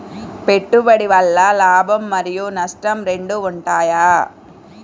పెట్టుబడి వల్ల లాభం మరియు నష్టం రెండు ఉంటాయా?